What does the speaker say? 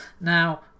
Now